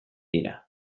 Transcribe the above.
dira